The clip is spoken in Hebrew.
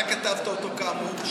ואתה כתבת אותו כאמור,